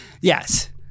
Yes